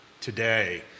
today